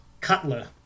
Cutler